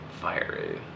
Fiery